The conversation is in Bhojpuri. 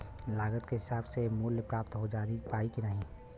लागत के हिसाब से मूल्य प्राप्त हो पायी की ना?